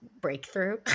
breakthrough